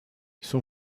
son